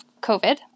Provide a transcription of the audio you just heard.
covid